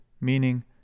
meaning